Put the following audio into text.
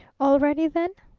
all ready, then?